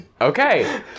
Okay